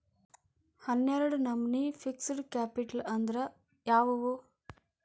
ಹನ್ನೆರ್ಡ್ ನಮ್ನಿ fixed capital ಅಂದ್ರ ಯಾವವ್ಯಾವು?